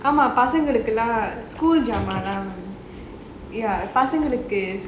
பசங்களுக்கு எல்லாம்:pasangalukku ellaam school ஜாமாலாம்:jaamaalaam ya பசங்களுக்கு:pasangalukku